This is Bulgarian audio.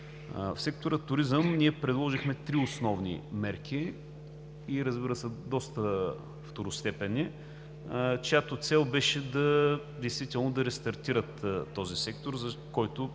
В сектор „Туризъм“ ние предложихме три основни мерки и, разбира се, доста второстепенни, чиято цел беше действително да рестартират този сектор, който